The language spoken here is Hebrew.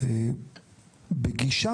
בגישה